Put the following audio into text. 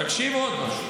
תקשיב רגע, תקשיב לעוד משהו.